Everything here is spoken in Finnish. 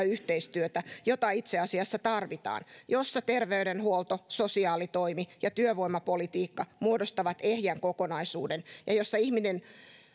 yhteistyötä jota itse asiassa tarvitaan jossa terveydenhuolto sosiaalitoimi ja työvoimapolitiikka muodostavat ehjän kokonaisuuden ja jossa